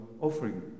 Offering